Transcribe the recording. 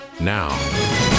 now